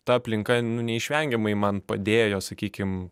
ta aplinka nu neišvengiamai man padėjo sakykim